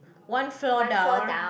one floor down